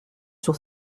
sur